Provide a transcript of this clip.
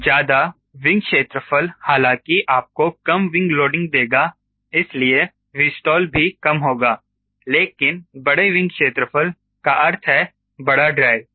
ज्यादा विंग क्षेत्रफल हालांकि आपको कम विंग लोडिंग देगा इसलिए 𝑉stall भी कम होगा लेकिन बड़े विंग क्षेत्रफल का अर्थ है बड़ा ड्रेग